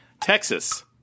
texas